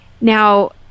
Now